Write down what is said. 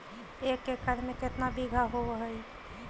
एक एकड़ में केतना बिघा होब हइ?